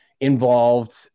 involved